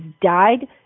died